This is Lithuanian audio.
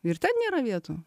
ir ten nėra vietų